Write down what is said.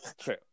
true